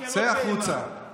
אני